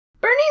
Bernie